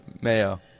mayo